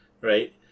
Right